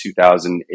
2008